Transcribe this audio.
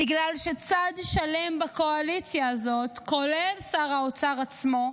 בגלל שצד שלם בקואליציה הזאת, כולל שר האוצר עצמו,